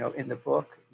so in the book,